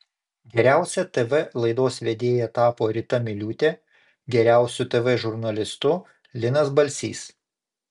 geriausia tv laidos vedėja tapo rita miliūtė geriausiu tv žurnalistu linas balsys